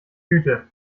tüte